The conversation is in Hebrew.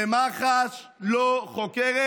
ומח"ש לא חוקרת,